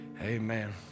Amen